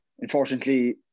unfortunately